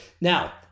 Now